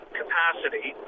capacity